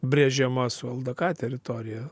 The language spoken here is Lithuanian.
brėžiama su ldk teritorija